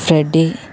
freddy